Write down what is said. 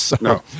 No